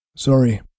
Sorry